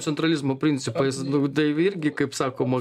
centralizmo principais nu tai irgi kaip sakoma